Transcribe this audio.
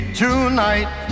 tonight